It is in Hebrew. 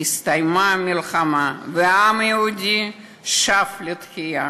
הסתיימה המלחמה והעם היהודי שב לתחייה.